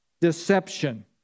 Deception